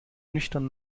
nüchtern